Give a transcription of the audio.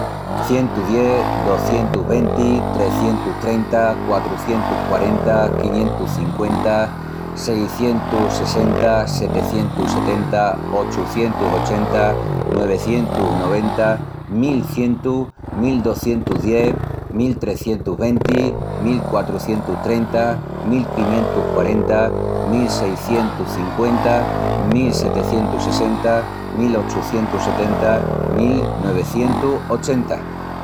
Cientu dies, docientus venti, trecientus trenta, quatrucientus quarenta, quiñentus cinqüenta, seicientus sessenta, setecientus setenta, ochucientus ochenta, nuevecientus noventa, mil cientu, mil docientus dies, mil trecientus venti, mil quatrucientus trenta, mil quiñentus quarenta, mil seicientus cinqüenta, mil setecientus sessenta, mil ochucientus setenta, mil nuevecientus ochenta...